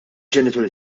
ġenituri